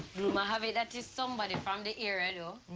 rumor have it that it's somebody from the area, though.